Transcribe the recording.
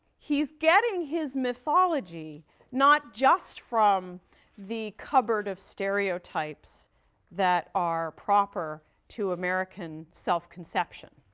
he's getting his mythology not just from the cupboard of stereotypes that are proper to american self-conception.